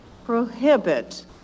prohibit